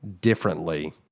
differently